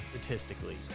statistically